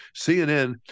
cnn